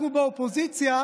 אנחנו באופוזיציה